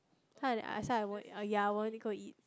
ya I won't go eat